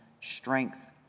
strength